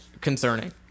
concerning